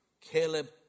Caleb